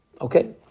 Okay